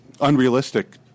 unrealistic